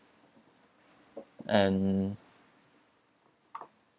and